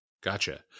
Gotcha